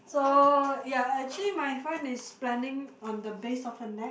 so ya actually my friend is planning on the base of her neck